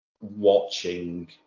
watching